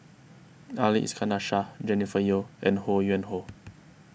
Ali Iskandar Shah Jennifer Yeo and Ho Yuen Hoe